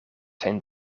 zijn